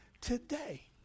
today